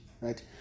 right